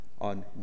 on